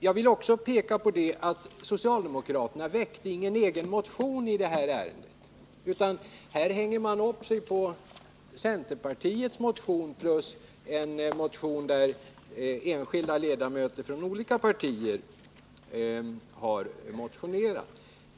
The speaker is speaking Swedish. Jag vill också peka på att socialdemokraterna inte har väckt någon egen motion i detta ärende, utan man stödjer sig här på centerpartiets motion och på en motion som har väckts av enskilda ledamöter från olika partier.